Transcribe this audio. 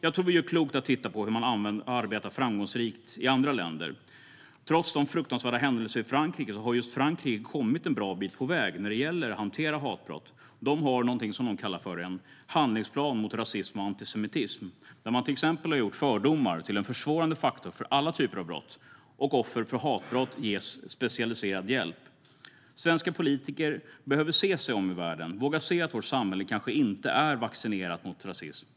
Jag tror att vi gör klokt i att titta på hur man arbetar framgångsrikt i andra länder. Trots de fruktansvärda händelserna i Frankrike har just Frankrike kommit en bra bit på väg när det gäller att hantera hatbrott. De har någonting som de kallar för en handlingsplan mot rasism och antisemitism, där man till exempel har gjort fördomar till en försvårande faktor för alla typer av brott och där offer för hatbrott ges specialiserad hjälp. Svenska politiker behöver se sig om i världen och våga se att vårt samhälle kanske inte är vaccinerat mot rasism.